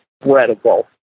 incredible